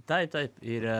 tai taip ir